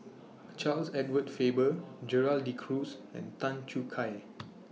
Charles Edward Faber Gerald De Cruz and Tan Choo Kai